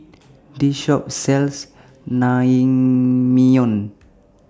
This Shop sells Naengmyeon